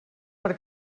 per